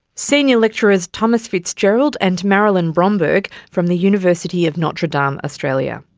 senior lecturers tomas fitzgerald and marilyn bromberg from the university of notre dame um australia.